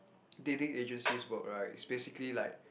dating agencies work right is basically like